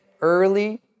early